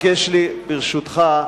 רק יש לי, ברשותך,